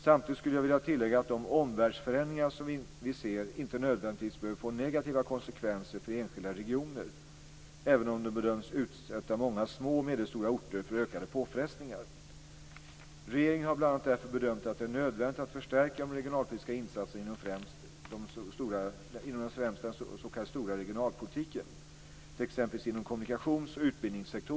Samtidigt skulle jag vilja tillägga att de omvärldsförändringar som vi ser inte nödvändigtvis behöver få negativa konsekvenser för enskilda regioner, även om de bedöms utsätta många små och medelstora orter för ökade påfrestningar. Regeringen har bl.a. därför bedömt att det är nödvändigt att förstärka de regionalpolitiska insatserna inom främst den s.k. stora regionalpolitiken, t.ex.